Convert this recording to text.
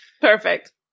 Perfect